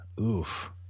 oof